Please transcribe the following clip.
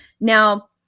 Now